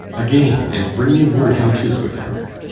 again! and bring me word how tis with her.